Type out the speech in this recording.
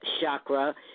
chakra